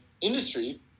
industry